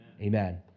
Amen